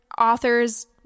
authors